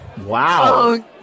Wow